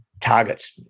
targets